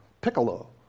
piccolo